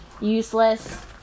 useless